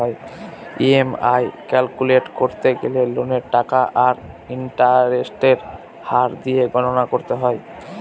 EMI calculate করতে গেলে লোনের টাকা আর ইন্টারেস্টের হার দিয়ে গণনা করতে হয়